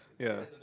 yeah